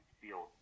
feel